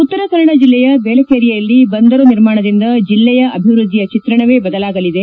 ಉತ್ತರ ಕನ್ನಡ ಜಿಲ್ಲೆಯ ಬೇಲೇಕೇರಿಯಲ್ಲಿ ಬಂದರು ನಿರ್ಮಾಣದಿಂದ ಜಿಲ್ಲೆಯ ಅಭಿವ್ಯದ್ಲಿಯ ಚಿತ್ರಣವೇ ಬದಲಾಗಲಿದೆ